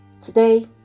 Today